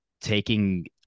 taking